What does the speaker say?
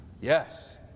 Yes